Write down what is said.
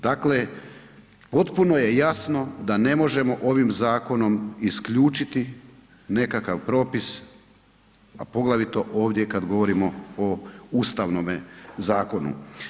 Dakle, potpuno je jasno da ne možemo ovim zakonom isključiti nekakav propisa, a poglavito ovdje kada govorimo o ustavnome zakonu.